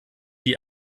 die